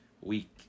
Week